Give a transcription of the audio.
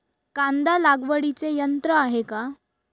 कांदा लागवडीचे यंत्र आहे का?